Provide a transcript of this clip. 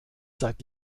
seit